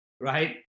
right